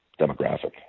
demographic